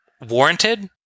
warranted